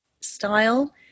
style